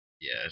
Yes